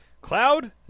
Cloud